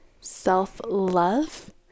self-love